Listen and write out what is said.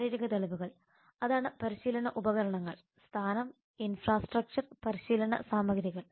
ശാരീരിക തെളിവുകൾ അതാണ് പരിശീലന ഉപകരണങ്ങൾ സ്ഥാനം ഇൻഫ്രാസ്ട്രക്ചർ പരിശീലന സാമഗ്രികൾ